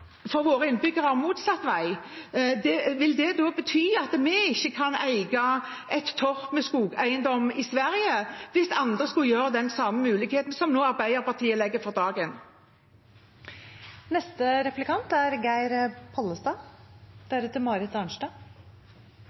Vil det da bety at vi ikke kan eie et torp med skogeiendom i Sverige – hvis andre skulle benytte den samme muligheten som Arbeiderpartiet nå legger for